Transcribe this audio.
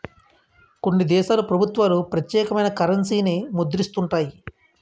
కొన్ని దేశాల ప్రభుత్వాలు ప్రత్యేకమైన కరెన్సీని ముద్రిస్తుంటాయి